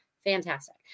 fantastic